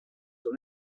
when